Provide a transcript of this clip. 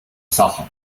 sachen